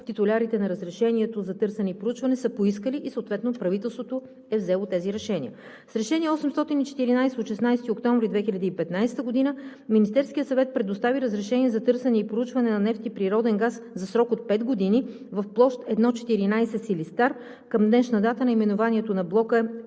титулярите на разрешението за търсене и проучване са поискали и съответно правителството е взело тези решения. С Решение № 814 от 16 октомври 2015 г. Министерският съвет предостави разрешение за търсене и проучване на нефт и природен газ за срок от пет години в площ „Блок 1 – 14 Силистар“. Към днешна дата наименованието на блока е